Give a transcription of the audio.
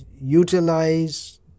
utilize